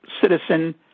citizen